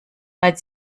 weil